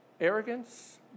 arrogance